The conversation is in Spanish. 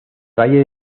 valle